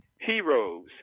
heroes